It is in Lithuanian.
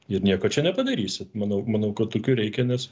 ir nieko čia nepadarysit manau manau kad tokių reikia nes